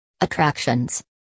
Attractions